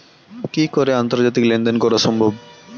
কি করে আন্তর্জাতিক লেনদেন করা সম্ভব?